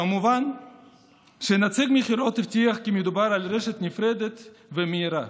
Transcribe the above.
כמובן שנציג המכירות הבטיח כי מדובר על רשת נפרדת ומהירה.